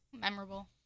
Memorable